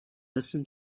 listen